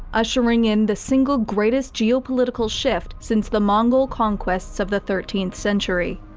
ushering in the single greatest geopolitical shift since the mongol conquests of the thirteenth century.